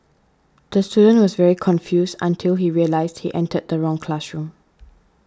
the student was very confused until he realised he entered the wrong classroom